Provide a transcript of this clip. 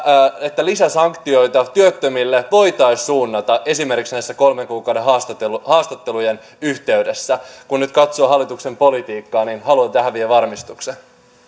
että lisäsanktioita työttömille voitaisiin suunnata esimerkiksi näiden kolmen kuukauden haastattelujen yhteydessä kun nyt katsoo hallituksen politiikkaa niin haluan tähän vielä varmistuksen